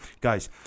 Guys